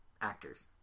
actors